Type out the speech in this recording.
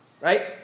Right